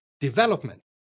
development